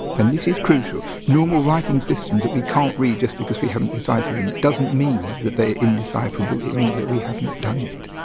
and this is crucial. normal writing systems that we can't read just because we haven't deciphered them doesn't mean that they indecipherable it means that we haven't done it.